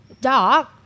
dog